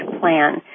Plan